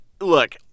Look